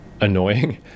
annoying